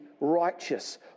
righteous